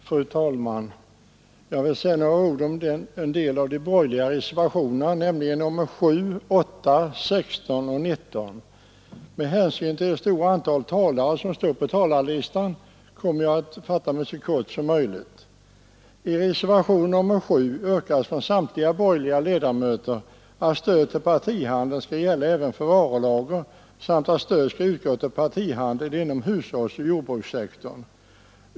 Fru talman! Jag vill säga några ord om en del av de borgerliga reservationerna, nämligen nr 7, 8, 16 och 19. Med hänsyn till det stora antal talare som står på talarlistan kommer jag att fatta mig så kort som möjligt. I reservation nr 7 yrkas från samtliga borgerliga ledamöter att stöd till partihandeln skall gälla även för varulager samt att stöd skall utgå till partihandeln inom hushållsoch jordbrukssektorerna.